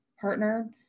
partner